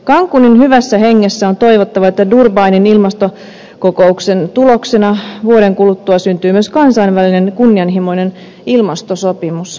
cancunin hyvässä hengessä on toivottava että durbanin ilmastokokouksen tuloksena vuoden kuluttua syntyy myös kansainvälinen kunnianhimoinen ilmastosopimus